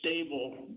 stable